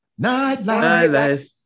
nightlife